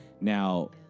Now